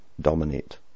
Dominate